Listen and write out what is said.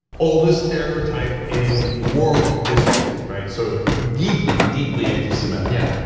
oldest stereotype in world history, right? so deeply, deeply antisemitic. yeah.